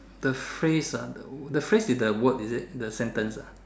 the phrase ah the phrase is the word is it the sentence ah